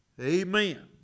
Amen